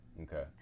Okay